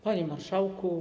Panie Marszałku!